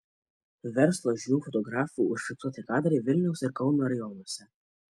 verslo žinių fotografų užfiksuoti kadrai vilniaus ir kauno rajonuose